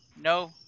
no